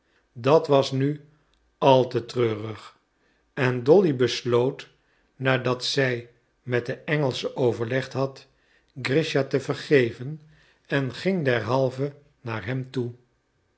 dat was nu al te treurig en dolly besloot nadat zij met de engelsche overlegd had grischa te vergeven en ging derhalve naar hem toe